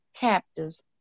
captives